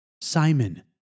Simon